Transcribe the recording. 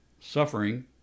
suffering